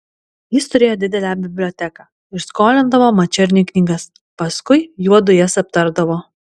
jis turėjo didelę biblioteką ir skolindavo mačerniui knygas paskui juodu jas aptardavo